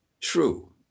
true